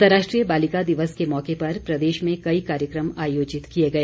अंतर्राष्ट्रीय बालिका दिवस के मौके पर प्रदेश में कई कार्यक्रम आयोजित किए गए